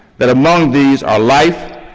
that among these are life,